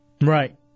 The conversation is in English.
Right